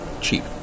cheap